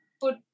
put